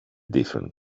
different